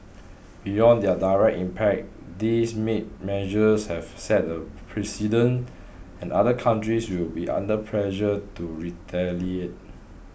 beyond their direct impact these measures have set a precedent and other countries will be under pressure to retaliate